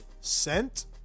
sent